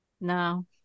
No